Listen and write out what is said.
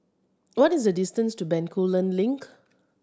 what is the distance to Bencoolen Link